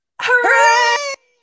hooray